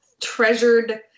treasured